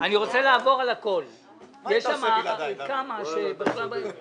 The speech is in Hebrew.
ויש הבטחה של החשב שלכם שעובר כסף לנאות קדומים.